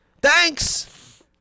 Thanks